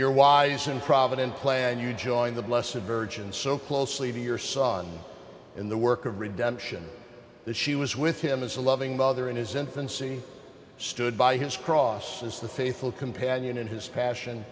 your wise and provident plan you join the bless of virgins so closely to your son in the work of redemption that she was with him as a loving mother in his infancy stood by his crosses the faithful companion in his passion